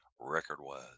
record-wise